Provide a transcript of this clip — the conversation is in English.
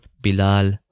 Bilal